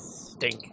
stink